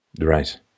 Right